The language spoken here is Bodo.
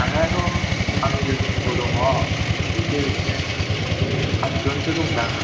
थांनायाथ' आंनि लोगोफोरबो दङ बिसोर बिदिनो सातजनसो दंदां